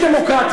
ממך?